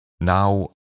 now